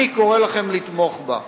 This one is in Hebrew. אני קורא לכם לתמוך בה,